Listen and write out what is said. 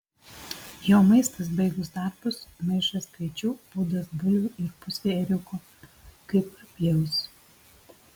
jo maistas baigus darbus maišas kviečių pūdas bulvių ir pusė ėriuko kai papjaus